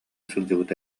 сылдьыбыта